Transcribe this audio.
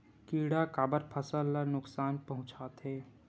किड़ा काबर फसल ल नुकसान पहुचाथे?